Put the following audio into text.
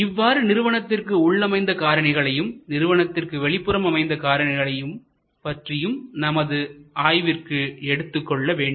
இவ்வாறு நிறுவனத்திற்கு உள்ளமைந்த காரணிகளையும் நிறுவனத்துக்கு வெளிப்புறம் அமைந்துள்ள காரணிகளையும் பற்றியும் நமது ஆய்விற்கு எடுத்துக் கொள்ள வேண்டும்